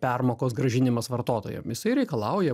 permokos grąžinimas vartotojam jisai reikalauja